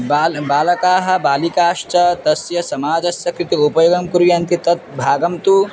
बालः बालकाः बालिकाश्च तस्य समाजस्य कृते उपयोगं कुर्यन्ति तत् भागं तु